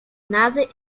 nase